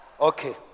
Okay